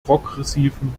progressiven